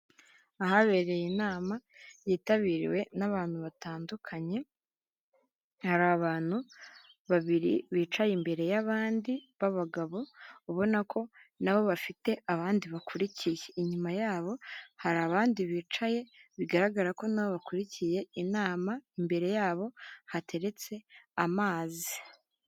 Ahabereye inama yitabiriwe n'abantu batandukanye, hari abantu babiri bicaye imbere y'abandi, b'abagabo, ubona ko na bo bafite abandi bakurikiye. Inyuma yabo hari abandi bicaye, bigaragara ko na bo bakurikiye inama, imbere yabo hateretse amazi.